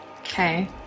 Okay